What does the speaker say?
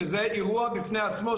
שזה אירוע בפני עצמו,